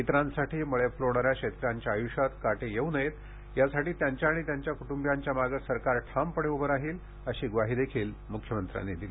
इतरांसाठी मळे फुलवणाऱ्या शेतकऱ्यांच्या आयुष्यात काटे येऊ नयेत यासाठी त्यांच्या आणि त्यांच्या कटुंबियांच्या मागे सरकार ठामपणे उभे राहील अशी ग्वाही देखील मुख्यमंत्र्यांनी दिली